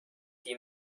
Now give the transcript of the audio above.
die